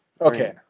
Okay